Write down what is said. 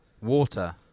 water